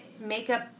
makeup